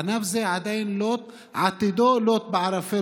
ענף זה עתידו עדיין לוט בערפל.